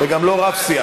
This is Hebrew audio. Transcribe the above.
וגם לא רב-שיח.